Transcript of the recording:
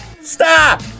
Stop